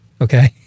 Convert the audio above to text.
okay